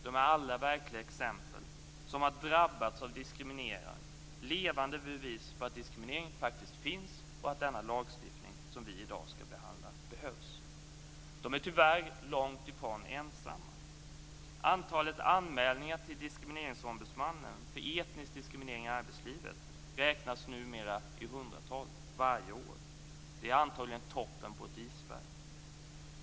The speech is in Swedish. De är alla verkliga personer som har drabbats av diskriminering. De är levande bevis på att diskriminering faktiskt förekommer och att denna lagstiftning som vi i dag skall behandla behövs. De är tyvärr långt ifrån ensamma. Antalet anmälningar till diskrimineringsombudsmannen för etnisk diskriminering i arbetslivet räknas numera i hundratal varje år. Det är antagligen toppen på ett isberg.